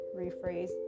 rephrase